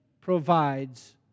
provides